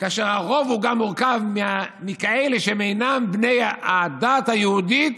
כאשר הרוב הוא גם מורכב מכאלו שהם אינם בני הדת היהודית